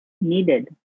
needed